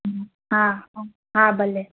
हा हा भले